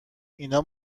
اینا